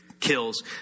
kills